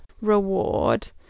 reward